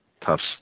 toughs